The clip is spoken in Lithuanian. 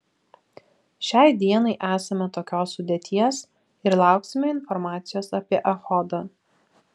šiai dienai esame tokios sudėties ir lauksime informacijos apie echodą